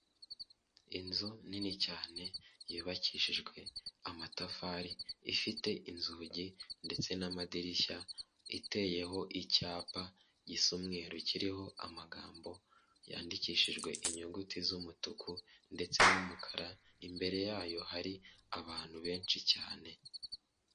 Inzu nini cyane yubakishijwe amatafari ifite inzugi ndetse n'amadirishya, iteyeho icyapa gisa umweru kiriho amagambo yandikishijwe inyuguti z'umutuku ndetse n'umukara imbere yayo hari abantu benshi cyane.